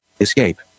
escape